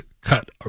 cut